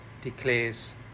declares